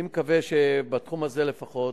אני מקווה שבתחום הזה, לפחות,